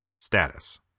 Status